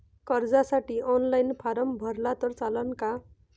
कर्जसाठी online form भरला तर चालन का?